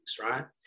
right